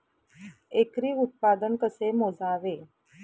एकरी उत्पादन कसे मोजावे?